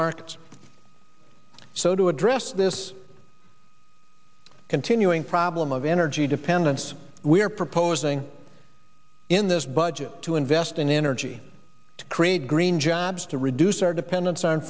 markets so to address this continuing problem of energy dependence we are proposing in this budget to invest in energy to create green jobs to reduce our dependence on